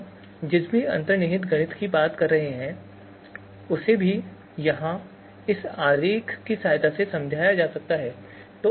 हम जिस भी अंतर्निहित गणित की बात कर रहे हैं उसे भी यहां इस आरेख की सहायता से समझाया जा सकता है